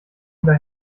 oder